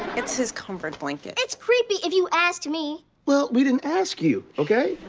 it's his comfort blanket. it's creepy, if you asked me! well, we didn't ask you, ok?